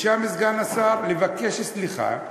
ביקשה מסגן השר לבקש סליחה.